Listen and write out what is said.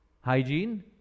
hygiene